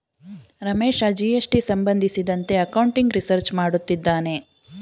Ramesh GST ಸಂಬಂಧಿಸಿದಂತೆ accounting research ಮಾಡುತ್ತಿದ್ದಾನೆ